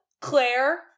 Claire